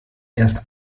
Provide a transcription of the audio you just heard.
erst